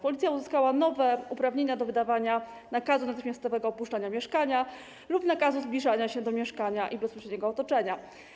Policja uzyskała nowe uprawnienia do wydawania nakazu natychmiastowego opuszczenia mieszkania lub zakazu zbliżania się do mieszkania i bezpośredniego otoczenia.